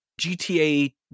GTA